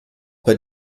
bei